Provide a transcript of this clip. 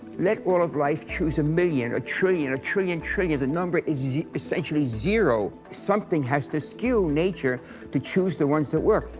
let all of life chose a million, a trillion, a trillion trillion the number is essentially zero. something has to skew nature to chose the ones that work.